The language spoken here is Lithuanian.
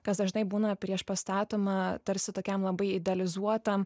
kas dažnai būna priešpastatoma tarsi tokiam labai idealizuotam